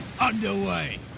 underway